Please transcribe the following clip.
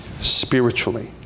spiritually